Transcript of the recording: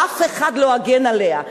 שאף אחד לא מגן עליה,